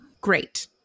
Great